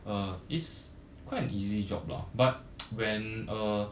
uh is quite an easy job lah but when uh